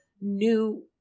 new